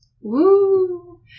Woo